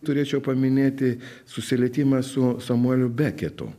turėčiau paminėti susilietimą su samueliu beketu